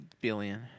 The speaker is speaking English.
billion